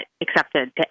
accepted